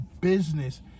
business